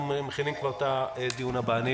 אנחנו מכינים כבר את הדיון הבא.